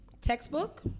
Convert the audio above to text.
textbook